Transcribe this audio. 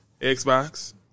Xbox